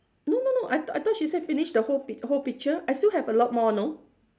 no no no I tho~ I thought she say finish the whole th~ whole picture I still have a lot more know